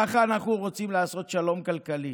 ככה אנחנו רוצים לעשות שלום כלכלי